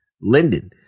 Linden